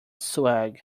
swag